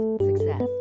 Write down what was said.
Success